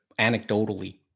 anecdotally